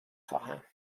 خواهم